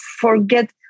forget